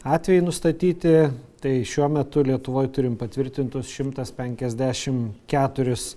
atvejai nustatyti tai šiuo metu lietuvoj turim patvirtintus šimtas penkiasdešimt keturis